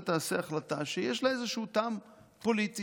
תעשה החלטה שיש לה איזשהו טעם פוליטי,